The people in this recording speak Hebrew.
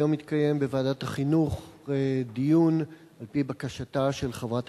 היום התקיים בוועדת החינוך דיון על-פי בקשתה של חברת